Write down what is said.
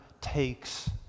takes